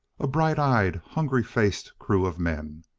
a bright-eyed, hungry-faced crew of men.